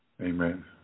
Amen